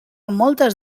moltes